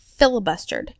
filibustered